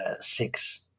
six